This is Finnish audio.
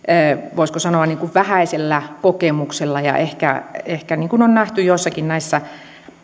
voisiko sanoa vähäisellä kokemuksella ja ehkä ehkä niin kuin on nähty joissakin näissä